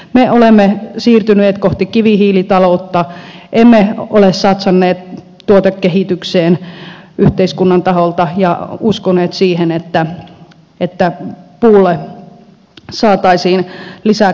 me olemme siirtyneet kohti kivihiilitaloutta emme ole satsanneet tuotekehitykseen yhteiskunnan taholta ja uskoneet siihen että puulle saataisiin lisäkäyttöä